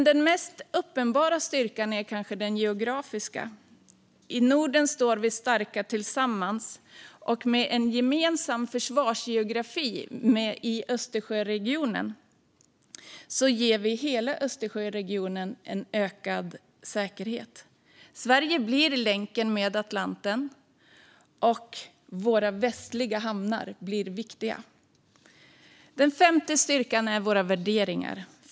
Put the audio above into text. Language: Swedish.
Den mest uppenbara styrkan är kanske den geografiska. I Norden står vi starka tillsammans, och en gemensam försvarsgeografi i Östersjöregionen ger hela Östersjöregionen ökad säkerhet. Sverige blir länken till Atlanten, och de västliga hamnarna blir viktiga. Den femte styrkan är våra värderingar.